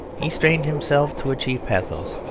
he strained himself to achieve pathos.